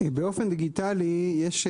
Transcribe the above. באופן דיגיטלי, יש,